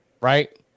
right